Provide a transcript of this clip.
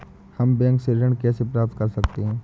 हम बैंक से ऋण कैसे प्राप्त कर सकते हैं?